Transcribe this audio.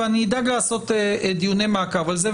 ואני אדאג לעשות דיוני מעקב על זה,